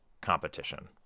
competition